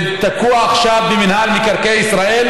זה תקוע עכשיו במינהל מקרקעי ישראל,